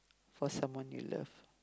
for someone you love